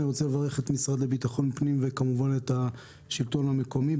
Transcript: אני רוצה לברך את המשרד לביטחון פנים וכמובן את השלטון המקומי.